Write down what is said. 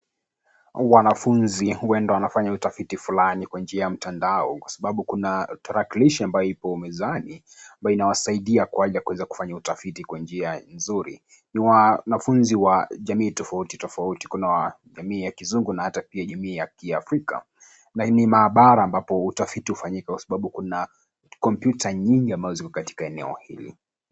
Wanafunzi huenda wanafanya utafiti fulani kwa njia ya mtandao kwasababu kuna tarakilishi ambayo ipo mezani na inawasaidia kwa ajili ya kuweza kufanya utafiti kwa njia nzuri. Ni wanafunzi wa jamii tofauti tofauti, kuna jamii ya kizungu na ata jamii ya kiafrika, na ni maabara ambayo utafiti hufanyika kwasababu kuna kompyuta nyingi ambazo ziko katika eneo hili.